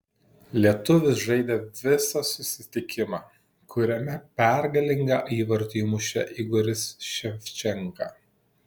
lietuvis žaidė visą susitikimą kuriame pergalingą įvartį įmušė igoris ševčenka